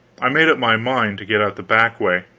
i made up my mind to get out the back way,